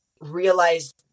realize